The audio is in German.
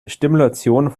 stimulation